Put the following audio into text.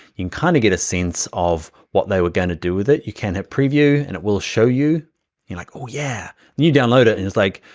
kind of get a sense of what they were gonna do with it. you can hit preview and it will show you, you're like, yeah. and you download it and it's like,